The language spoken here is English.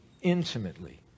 intimately